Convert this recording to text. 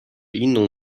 inną